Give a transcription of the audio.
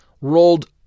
rolled